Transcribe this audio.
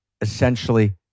essentially